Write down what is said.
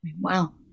wow